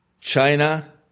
China